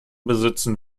besitzen